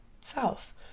self